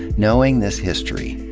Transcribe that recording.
knowing this history,